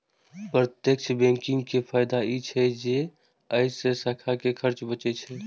प्रत्यक्ष बैंकिंग के फायदा ई छै जे अय से शाखा के खर्च बचै छै